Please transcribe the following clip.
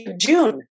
June